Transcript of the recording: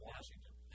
Washington